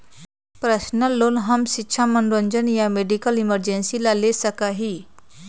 personal loan हम शिक्षा मनोरंजन या मेडिकल इमरजेंसी ला ले सका ही